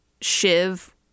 Shiv